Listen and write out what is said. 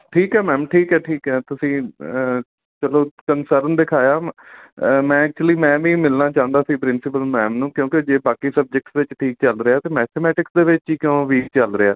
ਠੀਕ ਹੈ ਮੈਮ ਠੀਕ ਹੈ ਠੀਕ ਹੈ ਤੁਸੀਂ ਚਲੋ ਕਨਸਰਨ ਦਿਖਾਇਆ ਮੈਂ ਐਕਚੁਲੀ ਮੈਂ ਵੀ ਮਿਲਣਾ ਚਾਹੁੰਦਾ ਸੀ ਪ੍ਰਿੰਸੀਪਲ ਮੈਮ ਨੂੰ ਕਿਉਂਕਿ ਜੇ ਬਾਕੀ ਸਬਜੈਕਟ ਵਿੱਚ ਠੀਕ ਚੱਲ ਰਿਹਾ ਤਾਂ ਮੈਥਮੈਟਿਕਸ ਦੇ ਵਿੱਚ ਹੀ ਕਿਉਂ ਵੀਕ ਚੱਲ ਰਿਹਾ